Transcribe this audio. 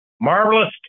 marvelous